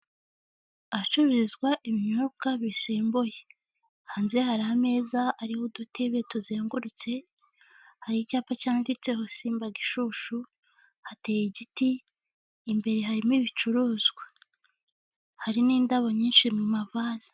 Ahacuruzwa ibinyobwa bisembuye, hanze hari ameza ariho udutebe tuzengurutse, hari icyapa cyanditseho simba gishushu, hateye igiti imbere harimo ibicuruzwa, hari n'indabo nyinshi mu mavaze.